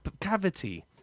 cavity